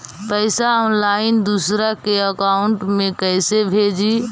पैसा ऑनलाइन दूसरा के अकाउंट में कैसे भेजी?